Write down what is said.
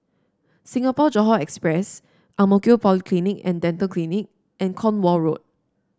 Singapore Johore Express Ang Mo Kio Polyclinic And Dental Clinic and Cornwall Road